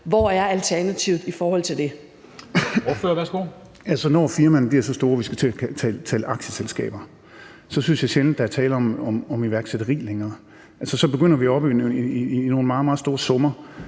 Torsten Gejl (ALT): Altså, når firmaerne bliver så store, at vi skal til at tale aktieselskaber, så synes jeg sjældent, at der er tale om iværksætteri længere. Så begynder det at løbe op i nogle meget, meget store summer.